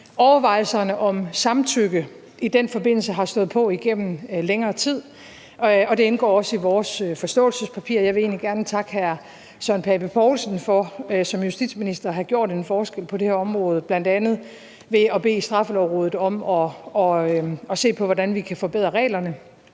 Overvejelserne om samtykke i den forbindelse har stået på igennem længere tid, og det indgår også i vores forståelsespapir. Jeg vil egentlig gerne takke hr. Søren Pape Poulsen for som justitsminister at have gjort en forskel på det her område, bl.a. ved at bede Straffelovsrådet om at se på, hvordan vi kan forbedre reglerne.